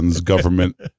government